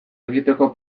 egiteko